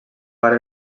part